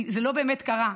זה לא באמת קרה.